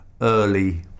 early